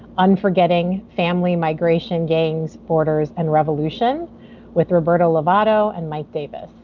unforgetting family migration, gangs, borders and revolution with roberto lovato and mike davis.